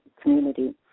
community